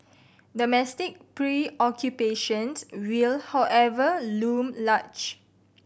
domestic preoccupations will however loom large